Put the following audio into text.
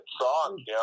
song